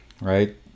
right